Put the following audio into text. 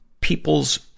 people's